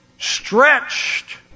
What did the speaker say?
stretched